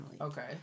Okay